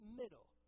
middle